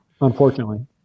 unfortunately